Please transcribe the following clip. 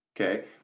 Okay